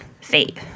fate